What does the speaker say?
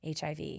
HIV